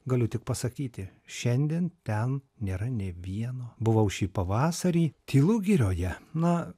galiu tik pasakyti šiandien ten nėra nei vieno buvau šį pavasarį tylu girioje na